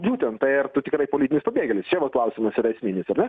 būtent tai ar tu tikrai politinis pabėgėlis čia vat klausimas yra esminis ar ne